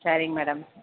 சரிங்க மேடம்